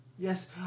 Yes